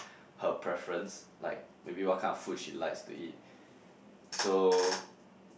her preference like maybe what kind of food she likes to eat so